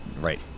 right